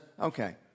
okay